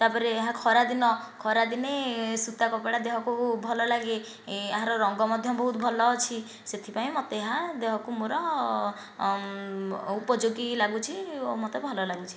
ତା'ପରେ ଏହା ଖରାଦିନ ଖରାଦିନେ ସୂତା କପଡ଼ା ଦେହକୁ ଭଲ ଲାଗେ ଏହାର ରଙ୍ଗ ମଧ୍ୟ ବହୁତ ଭଲ ଅଛି ସେଥିପାଇଁ ମୋତେ ଏହା ଦେହକୁ ମୋର ଉପଯୋଗୀ ଲାଗୁଛି ଓ ମୋତେ ଭଲ ଲାଗୁଛି